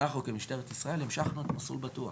אנחנו כמשטרת ישראל המשכנו את "מסלול בטוח".